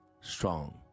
strong